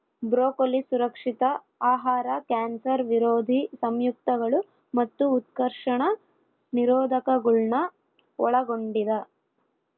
broccoli ಸುರಕ್ಷಿತ ಆಹಾರ cancer ವಿರೋಧಿ ಸಂಯುಕ್ತಗಳು ಮತ್ತು ಉತ್ಕರ್ಷಣ ನಿರೋಧಕಗುಳ್ನ ಒಳಗೊಂಡಿದ